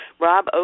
Rob